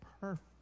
perfect